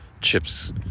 chips